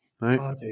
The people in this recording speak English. Right